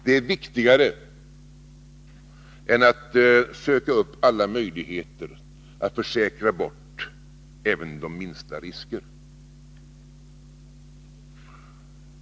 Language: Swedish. Det är viktigare än att söka upp alla möjligheter att försäkra bort även de minsta risker.